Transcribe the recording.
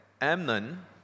Amnon